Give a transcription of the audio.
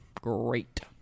Great